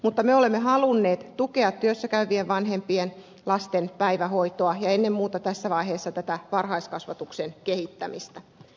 mutta me olemme halunneet tukea työssäkäy vien vanhempien lasten päivähoitoa ja ennen muuta tässä vaiheessa tätä varhaiskasvatuksen kehittämistä